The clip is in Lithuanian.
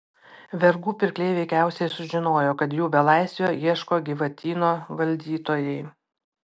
vergų pirkliai veikiausiai sužinojo kad jų belaisvio ieško gyvatyno valdytojai